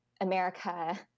America